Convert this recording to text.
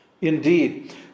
Indeed